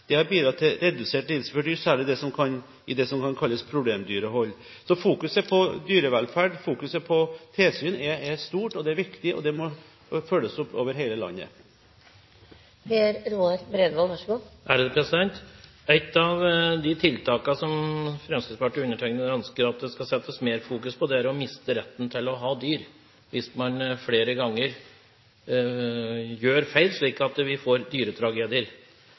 Det har bidratt til redusert lidelse for dyr, særlig i det som kan kalles som problemdyrehold. Fokuset på dyrevelferd og fokuset på tilsyn er stort, det er viktig, og det må følges opp over hele landet. Et av de tiltakene som Fremskrittspartiet ønsker at det skal settes mer fokus på, er å miste retten til å ha dyr hvis man flere ganger gjør feil, slik at vi får dyretragedier.